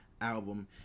album